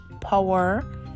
power